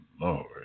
Lord